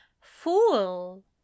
Fool